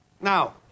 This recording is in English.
now